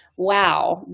Wow